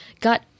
got